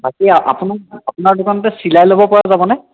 বাকী আপোনাৰ আপোনাৰ দোকানতে চিলাই ল'ব পৰা হ'বনে